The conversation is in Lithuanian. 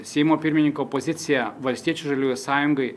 seimo pirmininko pozicija valstiečių žaliųjų sąjungai